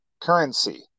currency